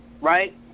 right